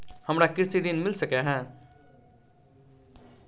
हमरा कृषि ऋण मिल सकै है?